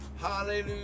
Hallelujah